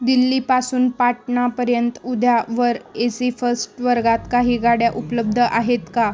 दिल्लीपासून पाटणापर्यंत उद्यावर ए सी फस्ट वर्गात काही गाड्या उपलब्ध आहेत का